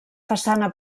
façana